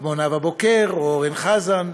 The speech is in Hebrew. כמו נאוה בוקר או אורן חזן,